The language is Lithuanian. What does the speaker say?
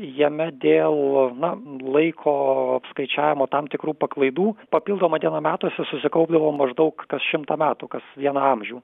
jame dėl na laiko apskaičiavimo tam tikrų paklaidų papildoma diena metuose susikaupdavo maždaug kas šimtą metų kas vieną amžių